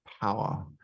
power